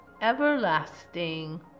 everlasting